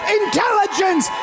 intelligence